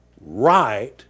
right